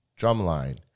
Drumline